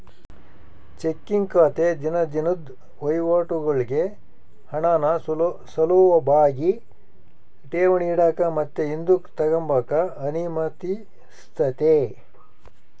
checking ಖಾತೆ ದಿನ ದಿನುದ್ ವಹಿವಾಟುಗುಳ್ಗೆ ಹಣಾನ ಸುಲುಭಾಗಿ ಠೇವಣಿ ಇಡಾಕ ಮತ್ತೆ ಹಿಂದುಕ್ ತಗಂಬಕ ಅನುಮತಿಸ್ತತೆ